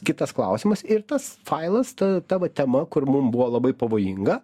kitas klausimas ir tas failas ta tavo tema kur mum buvo labai pavojinga